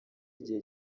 igihe